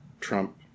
Trump